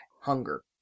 hunger